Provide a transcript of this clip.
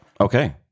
Okay